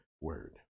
word